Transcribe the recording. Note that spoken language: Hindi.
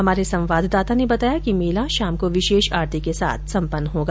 हमारे संवाददाता ने बताया कि मेला शाम को विशेष आरती के साथ सम्पन्न होगा